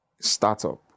startup